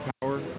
power